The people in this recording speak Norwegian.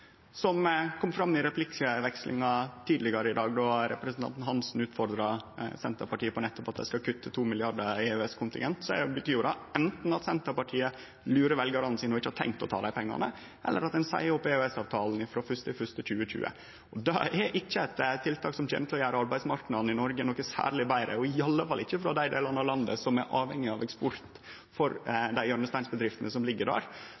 det kom fram i replikkvekslinga tidlegere i dag då representanten Svein Roald Hansen utfordra Senterpartiet på nettopp at dei skal kutte 2 mrd. kr i EØS-kontingent, betyr jo det enten at Senterpartiet lurer veljarane sine og ikkje har tenkt å ta dei pengane, eller at ein seier opp EØS-avtalen frå 1. januar 2020. Det er ikkje eit tiltak som kjem til å gjere arbeidsmarknaden i Noreg noko særleg betre, og iallfall ikkje for dei delane av landet som er avhengige av eksport frå dei hjørnesteinsbedriftene som ligg der.